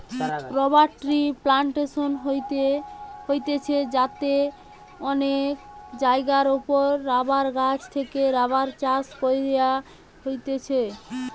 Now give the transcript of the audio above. rubber ট্রির plantation হতিছে যাতে অনেক জায়গার ওপরে রাবার গাছ থেকে রাবার চাষ কইরা হতিছে